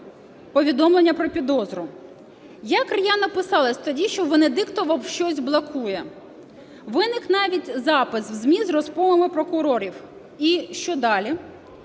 повідомлення про підозру. Як р'яно писалось тоді, що Венедиктова щось блокує. Виник навіть запис в ЗМІ з "розколами" прокурорів. І що далі?